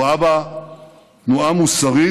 הוא ראה בה תנועה מוסרית,